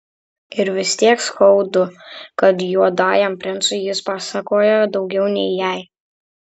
ir vis tiek skaudu kad juodajam princui jis pasakoja daugiau nei jai